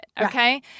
Okay